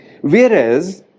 Whereas